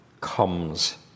comes